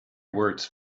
words